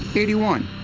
eighty one.